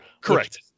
Correct